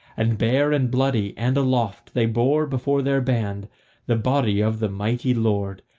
and bare and bloody and aloft they bore before their band the body of the mighty lord,